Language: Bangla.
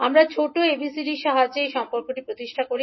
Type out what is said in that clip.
আমরা ছোট ABCDর সাহায্যে এই সম্পর্কটি প্রতিষ্ঠা করি